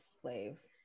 slaves